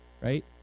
right